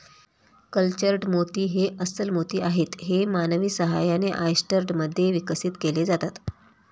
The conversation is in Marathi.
कल्चर्ड मोती हे अस्स्ल मोती आहेत जे मानवी सहाय्याने, ऑयस्टर मध्ये विकसित केले जातात